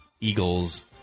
Eagles